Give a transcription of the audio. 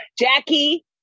Jackie